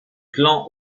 clan